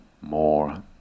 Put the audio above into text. more